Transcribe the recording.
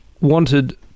wanted